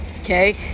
Okay